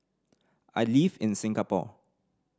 I live in Singapore